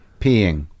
peeing